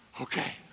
Okay